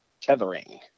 tethering